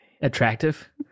attractive